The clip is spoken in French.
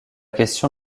question